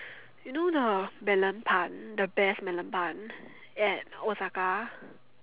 you know the melon pan the best melon pan at Osaka